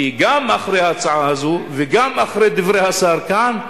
כי גם אחרי ההצעה הזאת וגם אחרי דברי השר כאן,